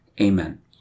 Amen